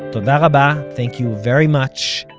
and raba, thank you very much,